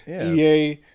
EA